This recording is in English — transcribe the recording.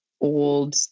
old